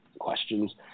questions